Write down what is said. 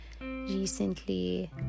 recently